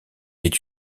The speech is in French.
est